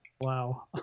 Wow